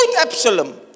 Absalom